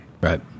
Right